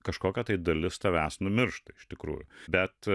kažkokia tai dalis tavęs numiršta iš tikrųjų bet